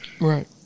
Right